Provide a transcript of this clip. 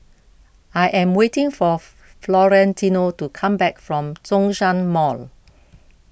I am waiting for Florentino to come back from Zhongshan Mall